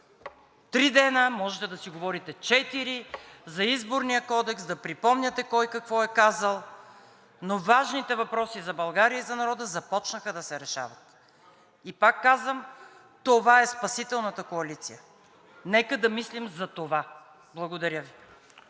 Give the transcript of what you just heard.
три дни, може да си говорите четири за Изборния кодекс, да припомняте кой какво е казал, но важните въпроси за България и за народа започнаха да се решават. И пак казвам, това е спасителната коалиция. Нека да мислим за това. Благодаря Ви.